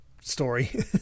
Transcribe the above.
story